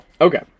okay